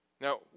Now